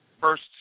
first